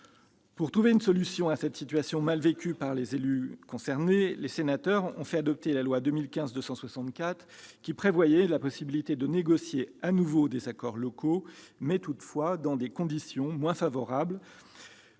Pour trouver une solution à cette situation mal vécue par les élus concernés, les sénateurs ont été à l'initiative de l'adoption de la loi n° 2015-264, qui prévoit la possibilité de négocier de nouveau des accords locaux, mais dans des conditions moins favorables